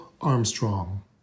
Armstrong